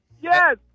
Yes